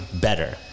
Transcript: better